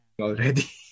already